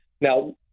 Now